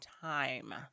time